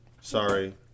Sorry